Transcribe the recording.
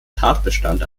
tatbestand